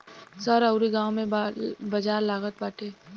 शहर अउरी गांव में बाजार लागत बाटे